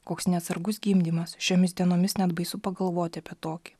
koks neatsargus gimdymas šiomis dienomis net baisu pagalvoti apie tokį